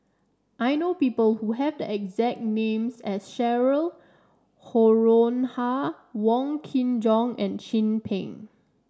I know people who have the exact name as Cheryl Noronha Wong Kin Jong and Chin Peng